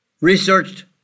researched